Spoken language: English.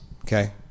okay